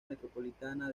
metropolitana